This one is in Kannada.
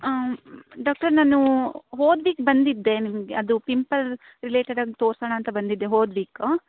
ಡಾಕ್ಟರ್ ನಾನು ಹೋದ ವೀಕ್ ಬಂದಿದ್ದೆ ನಿಮಗೆ ಅದು ಪಿಂಪಲ್ ರಿಲೇಟೆಡಾಗಿ ತೋರ್ಸೋಣ ಅಂತ ಬಂದಿದ್ದೆ ಹೋದ ವೀಕು